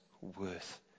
worth